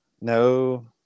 No